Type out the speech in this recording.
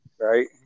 Right